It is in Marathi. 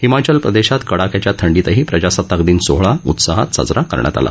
हिमाचल प्रदेशात कडाक्याच्या थंडीतही प्रजासत्ताक दिन सोहळा उत्साहात साजरा करण्यात आला